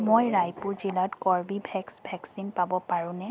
মই ৰায়পুৰ জিলাত কৰ্বীভেক্স ভেকচিন পাব পাৰোঁনে